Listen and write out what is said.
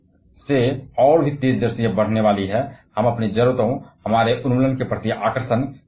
हम अपनी जरूरतों के लिए हर दिन हल करने के लिए भारी मशीनरी पर निर्भर हैं हमारे उन्मूलन के प्रति आकर्षण